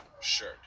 shirt